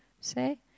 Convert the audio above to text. say